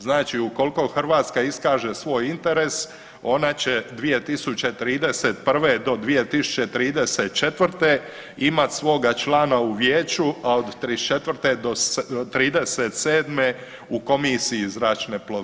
Znači ukoliko Hrvatska iskaže svoj interes ona će 2031. do 2034. imat svoga člana u vijeću, a od '34. do '37. u Komisiji zračne plovidbe.